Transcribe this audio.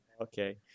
Okay